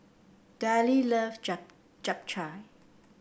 Dillie love Japchae